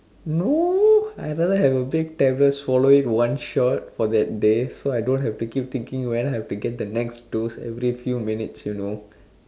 no I rather have a big tablet swallow it one shot for that day so I don't have keep thinking when I have to get the next dose every few minutes you know